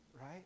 Right